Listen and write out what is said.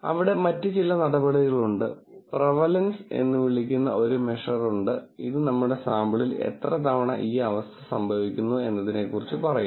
അവിടെ മറ്റ് ചില നടപടികളുണ്ട് പ്രെവലൻസ് എന്ന് വിളിക്കുന്ന ഒരു മെഷർ ഉണ്ട് ഇത് നമ്മുടെ സാമ്പിളിൽ എത്ര തവണ ഈ അവസ്ഥ സംഭവിക്കുന്നു എന്നതിനെക്കുറിച്ച് പറയുന്നു